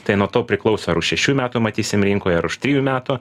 tai nuo to priklauso ar už šešių metų matysim rinkoj ar už trijų metų